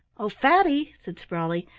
oh, fatty, said sprawley,